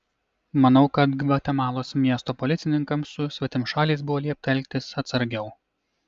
manau kad gvatemalos miesto policininkams su svetimšaliais buvo liepta elgtis atsargiau